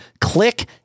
click